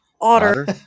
Otter